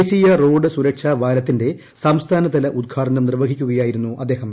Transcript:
ദേശീയ റോഡ് സുരക്ഷാവാരത്തിന്റെ സംസ്ഥാനതല ഉദ് ഘാടനം നിർവഹിക്കുകയായിരുന്നു അദ്ദേഹം